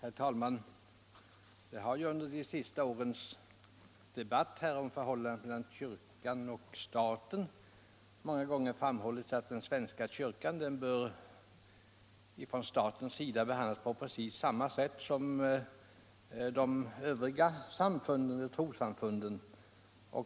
Herr talman! Det har ju under de senaste årens debatt om förhållandet mellan kyrkan och staten många gånger framhållits att den svenska kyrkan bör från statens sida behandlas på precis samma sätt som de övriga trossamfunden.